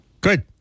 Good